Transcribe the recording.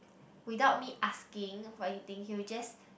without me asking for anything he'll just